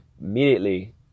immediately